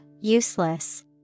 useless